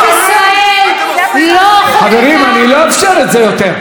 כנסת ישראל לא חוקקה, אתם עושים את זה.